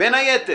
בין היתר.